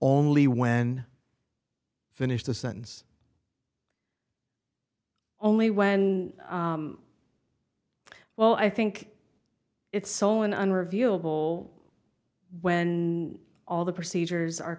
only when finished the sentence only when well i think it's so in an reveal will when all the procedures are